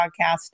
podcast